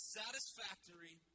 satisfactory